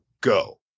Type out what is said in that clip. go